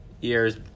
years